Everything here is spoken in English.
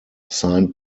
signed